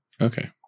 Okay